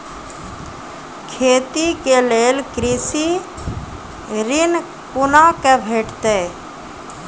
खेती के लेल कृषि ऋण कुना के भेंटते?